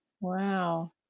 Wow